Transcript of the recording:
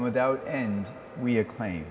without and we exclaim